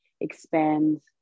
expands